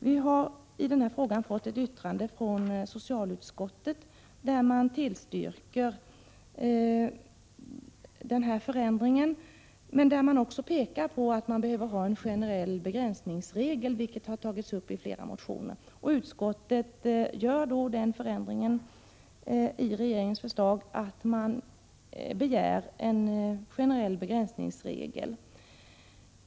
Vi har i denna fråga fått ett yttrande från socialutskottet, där man tillstyrker denna förändring men där man också pekar på att det behövs en generell begränsningsregel, vilket har tagits upp i flera motioner. Utskottet föreslår därför den förändringen i regeringens förslag att en generell begränsning införs.